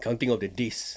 counting of the days